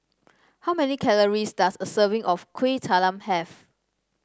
how many calories does a serving of Kuih Talam have